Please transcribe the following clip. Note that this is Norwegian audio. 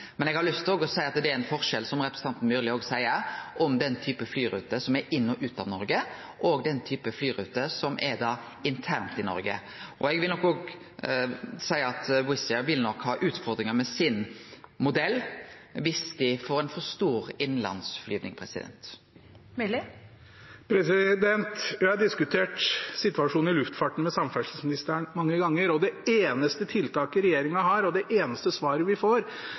Men eg har lyst til å seie at det er ein forskjell, som representanten Myrli òg seier, på flyruter som går inn og ut av Noreg, og flyruter internt i Noreg. Eg vil òg seie at Wizz Air nok vil ha utfordringar med sin modell viss dei får for mykje innanlands flyging. Det åpnes for oppfølgingsspørsmål – først Sverre Myrli. Jeg har diskutert situasjonen i luftfarten med samferdselsministeren mange ganger. Det eneste tiltaket regjeringen har, og det eneste svaret vi får,